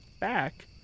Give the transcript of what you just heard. back